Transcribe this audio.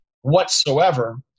whatsoever